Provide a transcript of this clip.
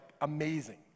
amazing